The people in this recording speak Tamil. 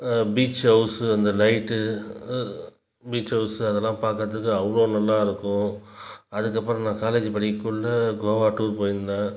பீச்சு ஹவுஸு அந்த லைட்டு பீச் ஹவுஸு அதெல்லாம் பார்க்கறதுக்கு அவ்வளோ நல்லா இருக்கும் அதுக்கப்பறம் நான் காலேஜி படிக்கக்குள்ளே கோவா டூர் போய்ருந்தேன்